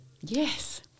Yes